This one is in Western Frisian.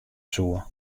soe